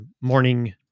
morning